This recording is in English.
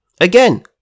Again